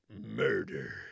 murder